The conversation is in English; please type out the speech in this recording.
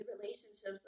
relationships